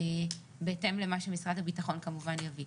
בהתאם למה שמשרד הביטחון כמובן יביא.